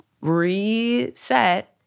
reset